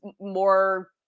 more